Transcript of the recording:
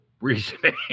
reasoning